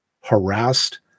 harassed